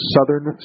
Southern